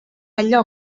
allò